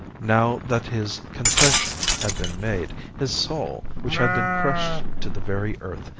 now that his confession had been made, his soul, which had been crushed to the very earth,